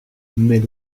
mais